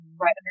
right